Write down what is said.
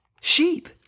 sheep